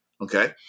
Okay